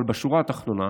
אבל בשורה התחתונה,